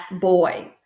boy